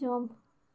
jump